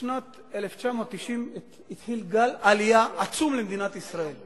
בשנת 1990 התחיל גל עלייה עצום למדינת ישראל.